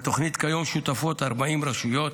בתוכנית כיום שותפות 40 רשויות.